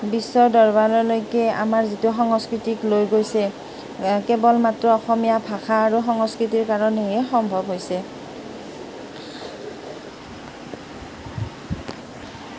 বিশ্বৰ দৰবাৰৰ লৈকে আমাৰ যিটো সংস্কৃতিক লৈ গৈছে আ কেৱল মাত্ৰ অসমীয়া ভাষা আৰু সংস্কৃতিৰ কাৰণেহে সম্ভৱ হৈছে